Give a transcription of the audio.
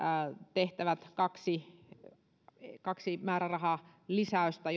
tehtävät kaksi kaksi määrärahalisäystä